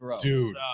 Dude